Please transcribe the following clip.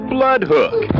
Bloodhook